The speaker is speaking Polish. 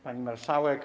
Pani Marszałek!